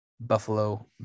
Buffalo